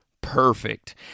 perfect